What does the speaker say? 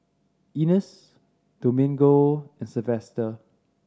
Ines Domingo and Sylvester